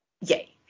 Yay